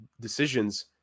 decisions